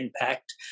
impact